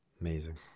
Amazing